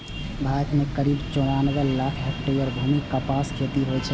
भारत मे करीब चौरानबे लाख हेक्टेयर भूमि मे कपासक खेती होइ छै